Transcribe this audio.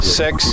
six